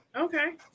Okay